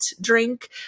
drink